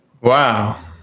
Wow